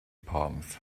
palms